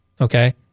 Okay